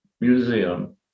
Museum